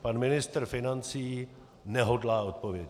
Pan ministr financí nehodlá odpovědět.